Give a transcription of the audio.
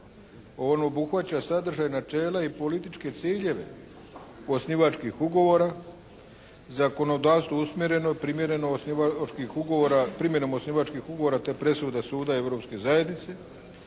Ono obuhvaća sadržaj načela i političke ciljeve osnivačkih ugovora, zakonodavstvo je usmjereno primjenom osnivačkim ugovora te presuda Suda europske zajednice,